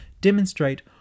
Demonstrate